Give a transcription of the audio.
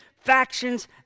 factions